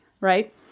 right